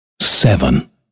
seven